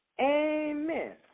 Amen